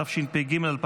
התשפ"ג 2023,